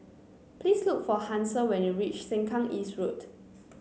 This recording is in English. please look for Hansel when you reach Sengkang East Road